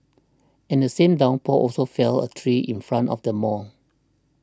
and the same downpour also felled a tree in front of the mall